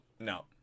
no